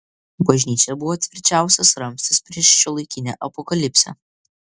bažnyčia buvo tvirčiausias ramstis prieš šiuolaikinę apokalipsę